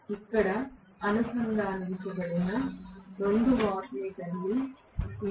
ఇక్కడ అనుసంధానించబడిన 2 వాట్ల మీటర్లు ఇవి